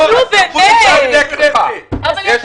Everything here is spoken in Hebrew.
זאת